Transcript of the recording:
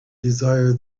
desire